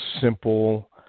simple